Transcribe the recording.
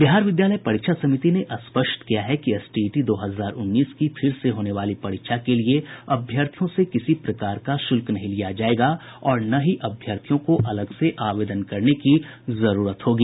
बिहार विद्यालय परीक्षा समिति ने स्पष्ट किया है कि एसटीईटी दो हजार उन्नीस की फिर से होने वाली परीक्षा के लिए अभ्यर्थियों से किसी प्रकार का शुल्क नहीं लिया जायेगा और न ही अभ्यर्थियों को अलग से आवेदन करने की जरूरत होगी